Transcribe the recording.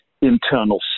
internal